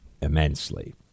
immensely